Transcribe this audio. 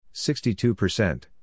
62%